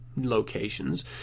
locations